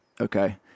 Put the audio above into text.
Okay